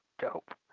dope